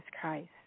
Christ